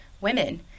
women